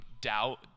doubt